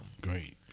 Great